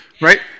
Right